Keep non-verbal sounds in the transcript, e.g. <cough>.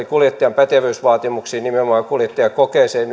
<unintelligible> kuljettajan pätevyysvaatimuksiin nimenomaan kuljettajakokeeseen <unintelligible>